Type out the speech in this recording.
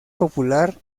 popular